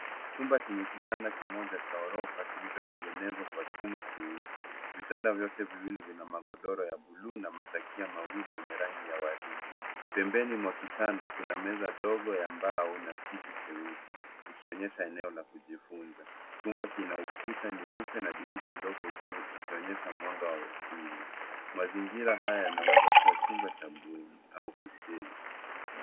Chumba chenye kitanda kimoja cha ghorofa kilichotengenezwa kwa chuma cheusi. Vitanda vyote viwili vina magodoro ya buluu na matakia mawili yenye rangi ya waridi. Pembeni mwa kitanda, kuna meza ndogo ya mbao na kiti cheusi, ikionyesha eneo la kujifunza. Chumba kina ukuta nyeupe na dirisha dogo juu ikionyesha mwanga wa asili. Mazingira haya yanaweza kuwa chumba cha bweni au hosteli.